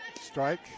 Strike